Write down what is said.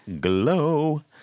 glow